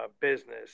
business